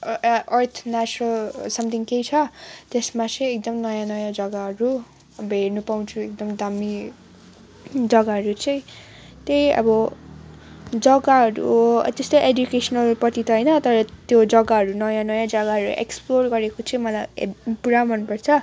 अर्थ natural something केही छ त्यसमा चाहिँ एकदम नयाँ नयाँ जग्गाहरू अब हेर्नु पाउँछु एकदम दामी जग्गाहरू चाहिँ त्यही अब जग्गाहरू त्यस्तै एडुकेसनलपट्टि त होइन तर त्यो जग्गाहरू नयाँ नयाँ जग्गाहरू एक्सप्लोर गरेको चाहिँ मलाई हेब् पुरा मन पर्छ